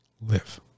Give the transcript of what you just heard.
Live